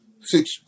six